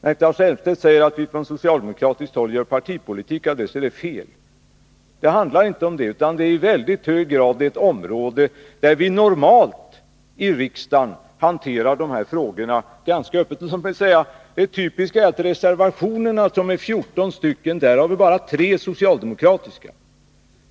När herr Elmstedt säger att vi från socialdemokratiskt håll gör partipolitik av ärendet är det fel. Det handlar inte om det, utan det är i väldigt hög grad fråga om ett område där vi i riksdagen normalt hanterar frågorna ganska öppet. Typiskt är att av de 14 reservationerna är bara 3 socialdemokratiska.